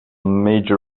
major